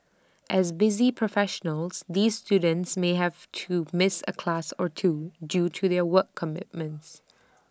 as busy professionals these students may have to miss A class or two due to their work commitments